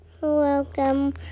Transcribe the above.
Welcome